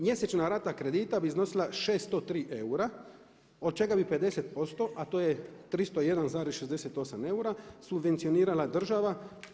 Mjesečna rata kredita bi iznosila 603 eura, od čega bi 50% a to je 301,68 eura subvencionirala država.